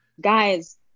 Guys